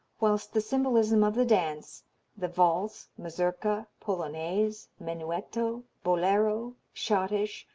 whilst the symbolism of the dance the valse, mazurka, polonaise, menuetto, bolero, schottische,